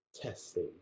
testing